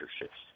shifts